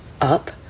up